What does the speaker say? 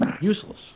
useless